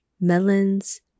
melons